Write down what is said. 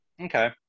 Okay